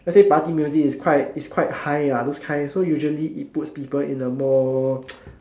let's say party music is quite is quite high ah those kind so usually it puts people in the more